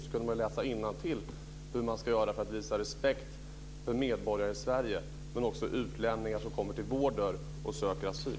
Då kunde man läsa innantill hur man ska göra för att visa respekt för medborgare i Sverige men också för utlänningar som kommer till vår dörr och söker asyl.